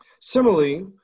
Similarly